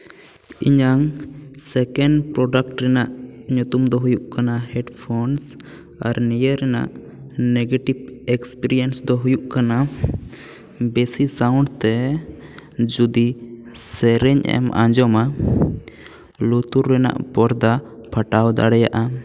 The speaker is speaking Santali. ᱤᱧᱟᱹᱜ ᱥᱮᱠᱮᱱᱰ ᱯᱨᱳᱰᱟᱠᱴ ᱨᱮᱭᱟᱜ ᱧᱩᱛᱩᱢ ᱫᱚ ᱦᱩᱭᱩᱜ ᱠᱟᱱᱟ ᱦᱮᱰᱯᱷᱳᱱᱥ ᱟᱨ ᱱᱤᱭᱟᱹ ᱨᱮᱱᱟᱜ ᱱᱮᱜᱮᱴᱤᱵᱽ ᱮᱠᱥᱯᱤᱨᱤᱭᱮᱱᱥ ᱫᱚ ᱦᱩᱭᱩᱜ ᱠᱟᱱᱟ ᱵᱮᱥᱤ ᱥᱟᱣᱩᱱᱰ ᱛᱮ ᱡᱩᱫᱤ ᱥᱮᱨᱮᱧ ᱮᱢ ᱟᱸᱡᱚᱢᱟ ᱞᱩᱛᱩᱨ ᱨᱮᱭᱟᱜ ᱯᱚᱨᱫᱟ ᱯᱷᱟᱴᱟᱣ ᱫᱟᱲᱮᱭᱟᱜᱼᱟ